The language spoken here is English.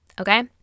okay